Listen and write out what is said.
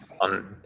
On